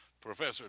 Professor